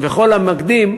וכל המקדים,